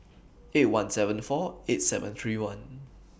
eight one seven four eight seven three one